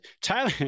Tyler